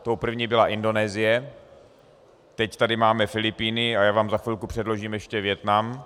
Tou první byla Indonésie, teď tady máme Filipíny a já vám za chvilku předložím ještě Vietnam.